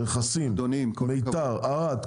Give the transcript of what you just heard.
רכסים, מיתר, ערד.